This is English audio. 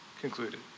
concluded